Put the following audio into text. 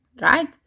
Right